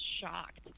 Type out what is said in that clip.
shocked